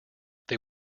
they